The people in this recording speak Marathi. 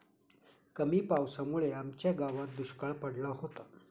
कमी पावसामुळे आमच्या गावात दुष्काळ पडला होता